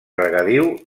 regadiu